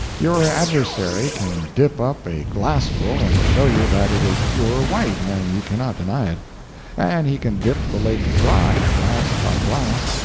your adversary can dip up a glassful and show you that it is pure white and you cannot deny it and he can dip the lake dry, glass by glass,